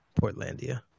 Portlandia